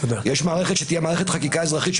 תהיה מערכת חקיקה אזרחית,